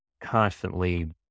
constantly